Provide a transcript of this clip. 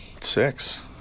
six